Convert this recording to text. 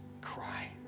cry